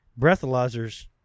breathalyzers